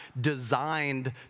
designed